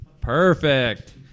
Perfect